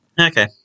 Okay